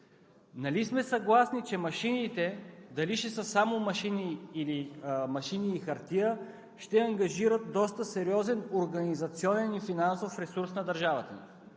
Нали сме съгласни, че машините – дали ще са само машини, или машини и хартия, ще ангажират доста сериозен организационен и финансов ресурс на държавата